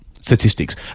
Statistics